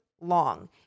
long